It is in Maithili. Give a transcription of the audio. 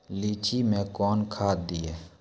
लीची मैं कौन खाद दिए?